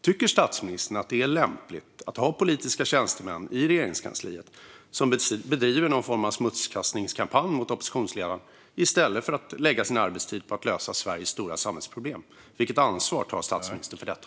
Tycker statsministern att det är lämpligt att politiska tjänstemän i Regeringskansliet bedriver någon form av smutskastningskampanj mot oppositionsledaren i stället för att lägga sin arbetstid på att lösa Sveriges stora samhällsproblem? Vilket ansvar tar statsministern för detta?